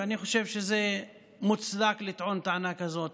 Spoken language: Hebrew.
ואני חושב שזה מוצדק לטעון טענה כזאת,